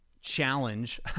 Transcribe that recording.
challenge